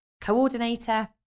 coordinator